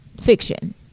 fiction